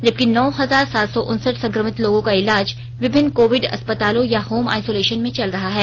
जबकि नौ हजार सात सौ उनसठ संक्रमित लोगों का इलाज विभिन्न कोविड अस्पतालों या होम आइसोलेशन में चल रहा है